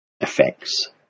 effects